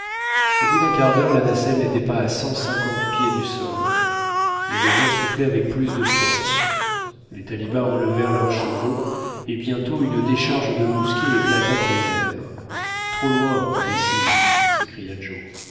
au bout d'un quart d'heure la nacelle n'était pas à cent cinquante pieds du sol mais le vent soufflait avec plus de force les talibas enlevèrent leurs chevaux et bientôt une décharge de mousquets éclata dans les airs trop loin imbéciles s'écria joe